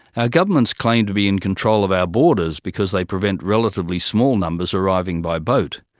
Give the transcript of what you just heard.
our governments claim to be in control of our borders because they prevent relatively small numbers arriving by boat,